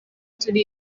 turi